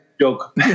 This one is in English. joke